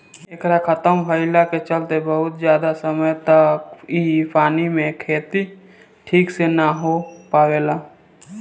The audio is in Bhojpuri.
एकरा खतम भईला के चलते बहुत ज्यादा समय तक इ पानी मे के खेती ठीक से ना हो पावेला